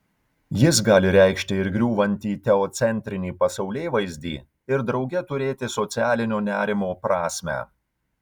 jis gali reikšti ir griūvantį teocentrinį pasaulėvaizdį ir drauge turėti socialinio nerimo prasmę